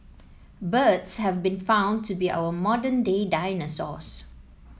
birds have been found to be our modern day dinosaurs